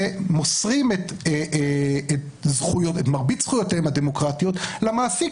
ומוסרים את מרבית זכויותיהם הדמוקרטיות למעסיק,